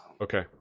Okay